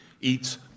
eats